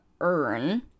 earn